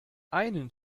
einen